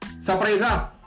Surprise